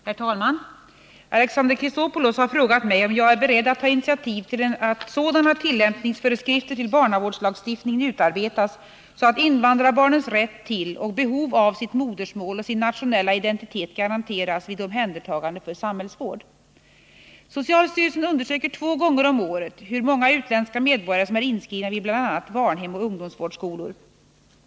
Herr talman! Alexander Chrisopoulos har frågat mig om jag är beredd att ta initiativ till att sådana tillämpningsföreskrifter till barnavårdslagstiftningen utarbetas att invandrarbarnens rätt till och behov av sitt modersmål och sin nationella identitet garanteras vid omhändertagande för samhällsvård. Socialstyrelsen undersöker två gånger om året hur många utländska medborgare som är inskrivna vid bl.a. barnhem och ungdomsvårdsskolor.